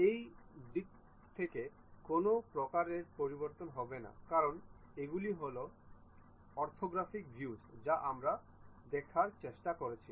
এই দিকটিতে কোনও প্রকারের পরিবর্তন হবে না কারণ এগুলি হল অর্থোগ্রাফিক ভিউসগুলি যা আমরা দেখার চেষ্টা করছি